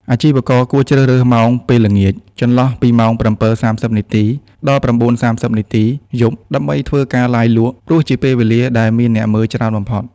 អាជីវករគួរជ្រើសរើស ម៉ោងពេលល្ងាច ចន្លោះពីម៉ោង ៧:៣០ នាទី ដល់ ៩:៣០ នាទី យប់ ដើម្បីធ្វើការ ឡាយលក់ ព្រោះជាពេលវេលាដែលមានអ្នកមើលច្រើនបំផុត។